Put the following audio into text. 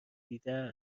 دیده